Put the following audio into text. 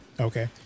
Okay